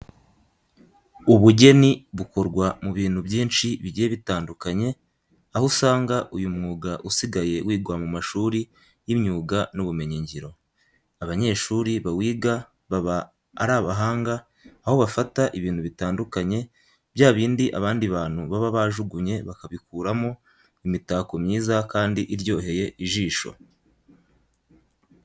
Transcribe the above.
Ubugeni bukorwa mu bintu byinshi bigiye bitandukanye, aho usanga uyu mwuga usigaye wigwa mu mashuri y'imyuga n'ubumenyingiro. Abanyeshuri bawiga baba ari abahanga aho bafata ibintu bitandukanye bya bindi abandi bantu baba bajugunye bakabikuramo imitako myiza kandi iryoheye ijisho.